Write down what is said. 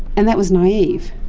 and that was naive.